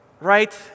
right